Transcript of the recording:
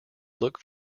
look